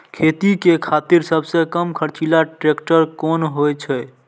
खेती के खातिर सबसे कम खर्चीला ट्रेक्टर कोन होई छै?